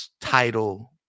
title